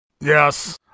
Yes